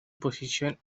posición